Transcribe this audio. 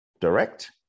direct